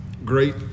Great